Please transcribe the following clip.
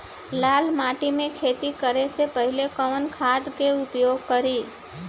लाल माटी में खेती करे से पहिले कवन खाद के उपयोग करीं?